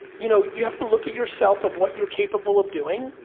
you know you have to look at yourself of what you're capable of doing,